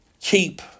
keep